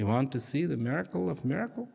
you want to see the miracle of miracle